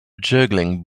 juggling